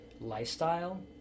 lifestyle